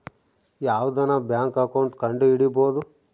ಯಾವ್ದನ bank account ಕಂಡುಹಿಡಿಬೋದು